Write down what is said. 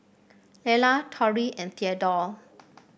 Lelar Torie and Theadore